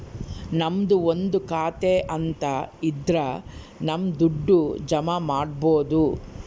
ನಮ್ದು ಒಂದು ಖಾತೆ ಅಂತ ಇದ್ರ ನಮ್ ದುಡ್ಡು ಜಮ ಮಾಡ್ಬೋದು